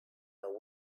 are